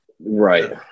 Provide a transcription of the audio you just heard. Right